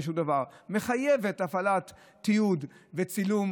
שום דבר אלא זה מחייב הפעלת תיעוד וצילום.